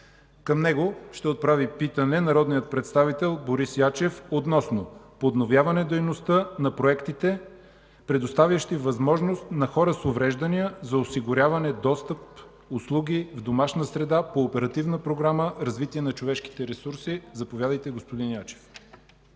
Към него ще отправи питане народният представител Борис Ячев относно подновяване дейността на проектите, предоставящи възможност на хората с увреждания за осигуряване достъп до услуги в домашна среда по Оперативна програма „Развитие на човешките ресурси”. Заповядайте, господин Ячев.